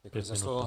Děkuji za slovo.